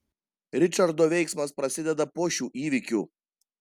ričardo veiksmas prasideda po šių įvykių